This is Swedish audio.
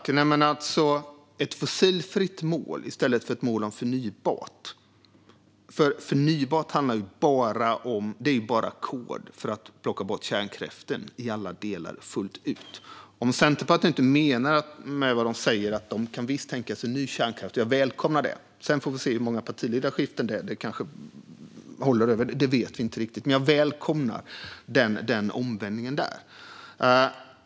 Fru talman! Det handlar om ett fossilfritt mål i stället för ett mål om förnybart. Förnybart är bara kod för att plocka bort kärnkraften i alla delar, fullt ut. Centerpartiet säger att de visst kan tänka sig ny kärnkraft. Jag välkomnar det. Sedan får vi se hur många partiledarskiften det blir - det vet vi inte riktigt. Men jag välkomnar den omvändningen.